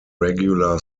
regular